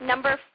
Number